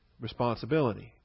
responsibility